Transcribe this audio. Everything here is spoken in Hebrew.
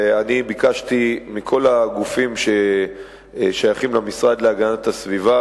וביקשתי מכל הגופים ששייכים למשרד להגנת הסביבה,